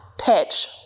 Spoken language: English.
pitch